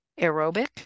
aerobic